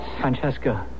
Francesca